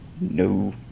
No